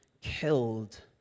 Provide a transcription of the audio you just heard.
killed